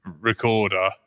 recorder